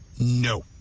No